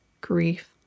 grief